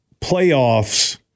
playoffs